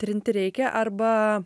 trinti reikia arba